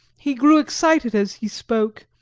he grew excited as he spoke,